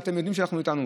ואתם יודעים שאנחנו איתכם.